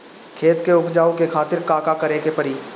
खेत के उपजाऊ के खातीर का का करेके परी?